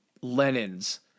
Lenin's